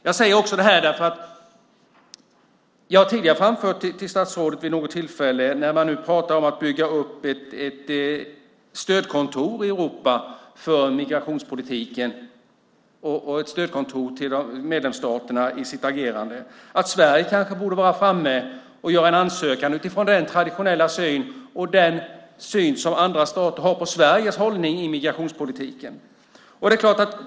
Jag har tidigare vid något tillfälle framfört till statsrådet att man talar om att i Europa bygga upp ett stödkontor till medlemsstaterna för migrationspolitiken. Sverige borde kanske vara framme och göra en ansökan utifrån den traditionella syn och den syn som andra stater har på Sverige i migrationspolitiken.